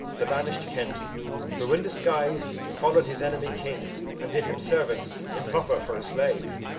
the banish'd kent who in disguise followed his enemy king and did him service improper for a slave.